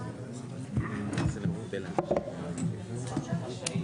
ממתן ההנחיות כאמור": והוועדה תהיה רשאית